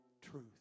truth